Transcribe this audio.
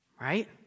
right